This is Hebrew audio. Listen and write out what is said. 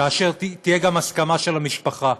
כאשר תהיה גם הסכמה של המשפחה.